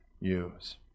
use